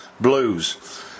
Blues